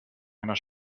einer